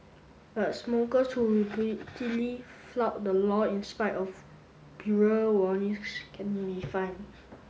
but smokers who repeatedly flout the law in spite of warnings can be fined